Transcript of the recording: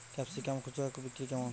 Capsicum খুচরা বিক্রি কেমন?